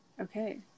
Okay